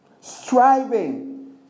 striving